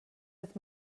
with